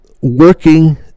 working